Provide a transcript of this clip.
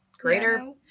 greater